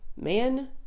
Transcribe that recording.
man